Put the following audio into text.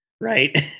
right